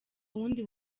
wundi